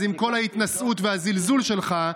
אז עם כל ההתנשאות והזלזול שלך,